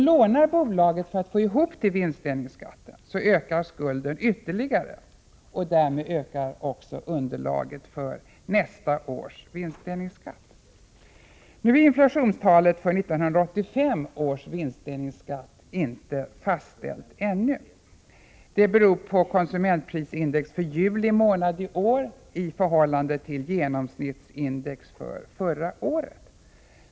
Lånar bolaget för att få ihop till vinstdelningsskatten ökar skulden ytterligare, och därmed ökar också underlaget för nästa års vinstdelningsskatt. Inflationstalet för 1985 års vinstdelningsskatt är inte fastställt ännu. Det beror på konsumentprisindex för juli månad i år, i förhållande till genomsnittsindex för förra året.